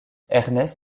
ernest